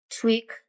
tweak